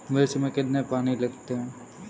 मिर्च में कितने पानी लगते हैं?